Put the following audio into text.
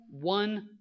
one